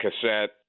cassette